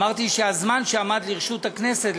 אמרתי שהזמן שעמד לרשות הכנסת,